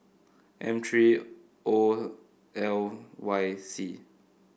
M three O L Y C